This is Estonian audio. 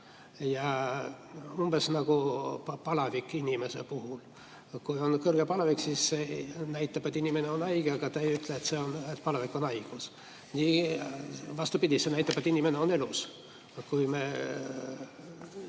Umbes nagu palavik inimese puhul: kui on kõrge palavik, siis see näitab, et inimene on haige. Aga see ei [tähenda], et palavik on haigus, vastupidi, see näitab, et inimene on elus. Kui ta